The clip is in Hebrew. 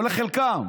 או לחלקם?